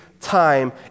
time